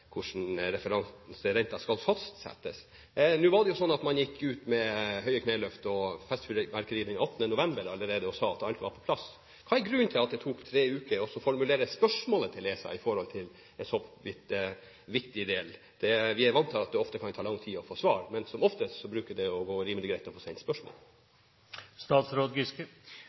hvordan renten skal fastsettes. Nå var det jo sånn at man gikk ut med høye kneløft og festfyrverkeri allerede den 18. november og sa at alt var på plass. Hva er grunnen til at det tok tre uker å formulere spørsmålet til ESA om en så vidt viktig del? Vi er vant til at det ofte kan ta lang tid å få svar, men som oftest bruker det å gå rimelig greit å få sendt spørsmål.